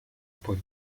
por